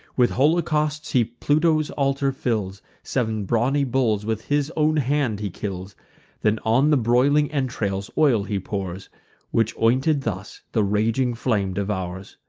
with holocausts he pluto's altar fills sev'n brawny bulls with his own hand he kills then on the broiling entrails oil he pours which, ointed thus, the raging flame devours.